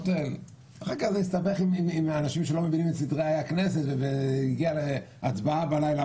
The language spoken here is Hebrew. אחר כך זה הסתבך עם אנשים שלא מבינים את סדרי הכנסת והגיע להצבעה בלילה.